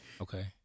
Okay